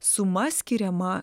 suma skiriama